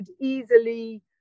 easily